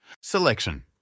Selection